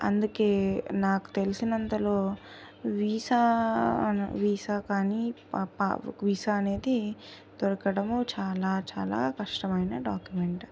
అందుకే నాకు తెలిసినంతలో వీసా వీసా కానీ వీసా అనేది దొరకడం చాలా చాలా కష్టమైన డాక్యుమెంట్